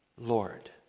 Lord